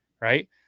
right